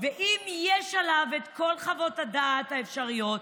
ואם יש עליו כל חוות הדעת האפשריות,